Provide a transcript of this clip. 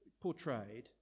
portrayed